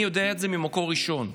אני יודע את זה ממקור ראשון.